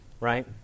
Right